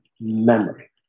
memory